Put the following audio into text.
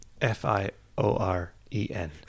F-I-O-R-E-N